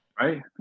Right